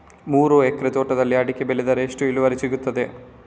ಮೂರು ಎಕರೆ ತೋಟದಲ್ಲಿ ಅಡಿಕೆ ಬೆಳೆದರೆ ಎಷ್ಟು ಇಳುವರಿ ಸಿಗುತ್ತದೆ?